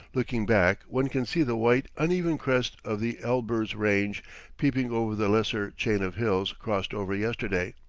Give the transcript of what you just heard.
looking back one can see the white, uneven crest of the elburz range peeping over the lesser chain of hills crossed over yesterday,